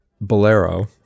bolero